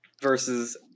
versus